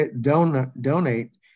donate